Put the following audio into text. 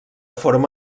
forma